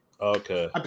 Okay